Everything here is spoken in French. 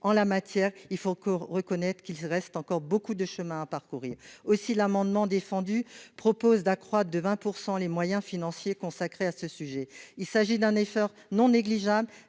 en la matière, il faut reconnaître qu'il reste encore beaucoup de chemin à parcourir aussi l'amendement défendu propose d'accroître de 20 % les moyens financiers consacrés à ce sujet, il s'agit d'un effort non négligeable